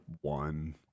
one